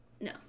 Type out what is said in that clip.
No